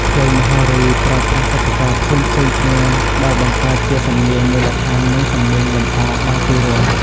ភ្លេងមហោរីប្រើប្រាស់ឧបករណ៍ផ្សេងៗគ្នាដែលបង្កើតជាសំនៀងមូលដ្ឋាន និងសំនៀងលម្អដ៏ពិរោះ។